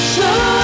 Show